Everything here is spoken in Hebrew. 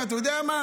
אתה יודע מה,